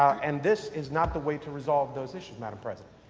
and this is not the way to resolve those issues, madam president.